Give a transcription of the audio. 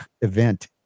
event